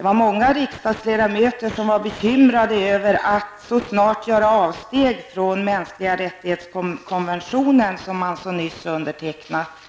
Många riksdagsledamöter var bekymrade över att så snart behöva göra avsteg från konventionen om mänskliga rättigheter som nyss hade undertecknats.